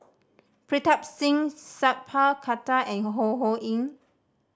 Pritam Singh Sat Pal Khattar and Ho Ho Ying